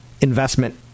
investment